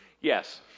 Yes